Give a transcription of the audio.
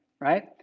right